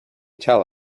tell